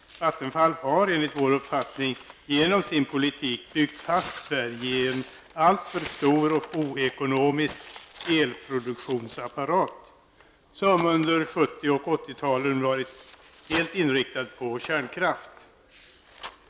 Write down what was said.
Vattenfall har enligt vår uppfattning genom sin politik byggt fast Sverige i en alltför stor och oekonomisk elproduktionsapparat, som under 70 och 80-talen har varit helt inriktad på kärnkraft.